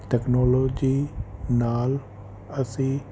technology ਨਾਲ ਅਸੀਂ